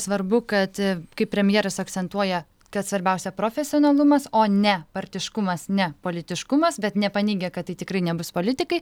svarbu kad kaip premjeras akcentuoja kad svarbiausia profesionalumas o ne partiškumas ne politiškumas bet nepaneigė kad tai tikrai nebus politikai